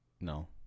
No